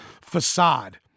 facade